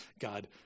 God